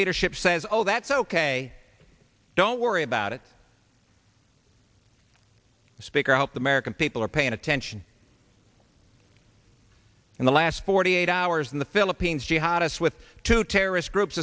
leadership says oh that's ok don't worry about it speak out the american people are paying attention in the last forty eight hours in the philippines jihad us with two to terrorist groups